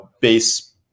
base